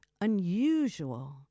unusual